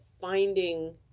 finding